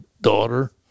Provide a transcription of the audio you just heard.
daughter